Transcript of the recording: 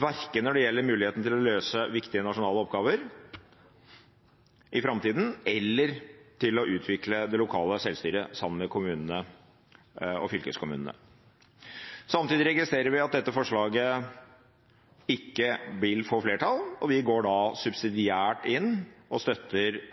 verken når det gjelder muligheten til å løse viktige nasjonale oppgaver i framtida, eller utvikle det lokale selvstyret sammen med kommunene og fylkeskommunene. Samtidig registrerer vi at dette forslaget ikke vil få flertall. Vi støtter da subsidiært